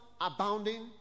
abounding